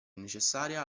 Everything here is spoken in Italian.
necessaria